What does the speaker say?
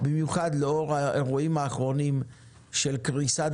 במיוחד לאור האירועים האחרונים של קריסת